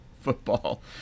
football